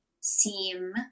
seem